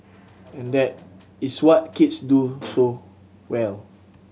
and that is what kids do so well